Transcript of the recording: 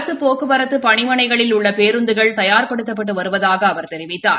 அரசு போக்குவரத்து பணிமனைகளில் உள்ள பேருந்துகள் தயார்படுத்தப்பட்டு வருவதாக அவர் தெரிவித்தார்